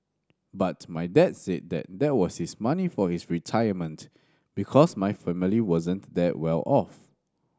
but my dad said that that was the money for his retirement because my family wasn't that well off